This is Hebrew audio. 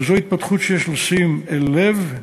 וזו התפתחות שיש לשים אל לב,